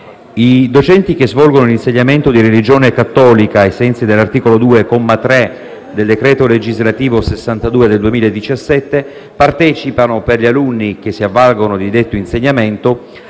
i docenti che svolgono l'insegnamento di religione cattolica, ai sensi dell'articolo 2, comma 3, del decreto legislativo n. 62 del 2017, partecipano, per gli alunni che si avvalgono di detto insegnamento,